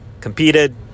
competed